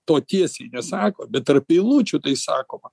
to tiesiai nesako bet tarp eilučių tai sakoma